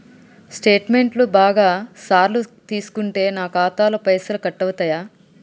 Statement బాగా సార్లు తీసుకుంటే నాకు ఖాతాలో పైసలు కట్ అవుతయా?